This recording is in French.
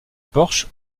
porche